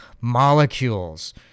molecules